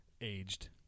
aged